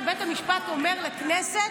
ובית המשפט אומר לכנסת: